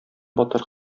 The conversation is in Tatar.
батыр